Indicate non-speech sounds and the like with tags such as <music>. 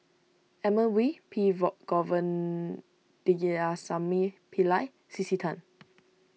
Edmund Wee P <unintelligible> Pillai C C Tan